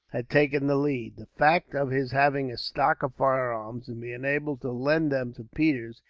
had taken the lead. the fact of his having a stock of firearms, and being able to lend them to peters,